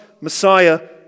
Messiah